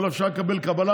אומר לו: אפשר לקבל קבלה?